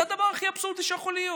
זה הדבר הכי אבסורדי שיכול להיות.